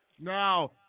Now